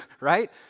right